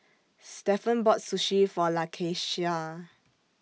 Stephen bought Sushi For Lakeisha